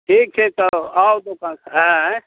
ठीक छै तऽ आउ दोकानपर आँय